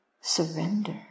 surrender